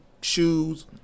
shoes